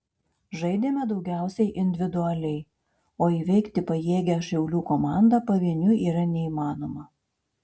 žaidėme daugiausiai individualiai o įveikti pajėgią šiaulių komandą pavieniui yra neįmanoma